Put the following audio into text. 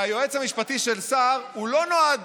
שהיועץ המשפטי של שר לא נועד